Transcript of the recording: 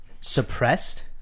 suppressed